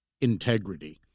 integrity